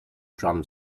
drum